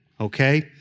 okay